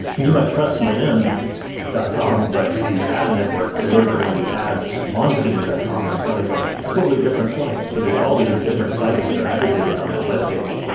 and you might trust cnn dot com, but the ad network delivering you ads on cnn dot com is coming from a totally different point, so there's all these different sites that are aggregated on that webpage.